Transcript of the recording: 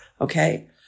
okay